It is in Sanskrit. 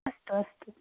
अस्तु अस्तु